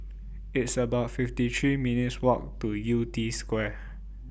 It's about fifty three minutes' Walk to Yew Tee Square